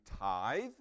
tithe